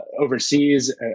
overseas